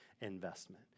investment